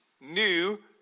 new